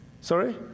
sorry